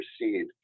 proceed